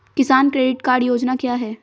किसान credit card योजना क्या है?